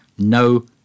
no